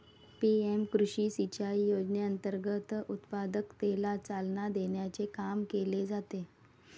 PM कृषी सिंचाई योजनेअंतर्गत उत्पादकतेला चालना देण्याचे काम केले जाते